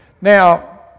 Now